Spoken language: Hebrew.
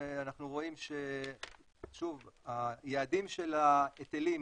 אנחנו רואים שהיעדים של ההיטלים,